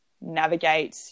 navigate